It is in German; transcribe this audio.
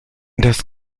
das